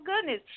goodness